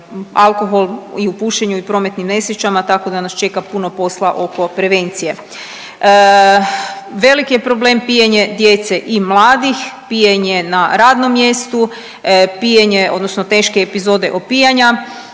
alkohol i u pušenju i prometnim nesrećama, tako da nas čeka puno posla oko prevencije. Veliki je problem pijenje djece i mladih, pijenje na radnom mjestu, pijenje odnosno teške epizode opijanja,